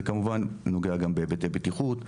זה כמובן נוגע גם בהיבטי בטיחות,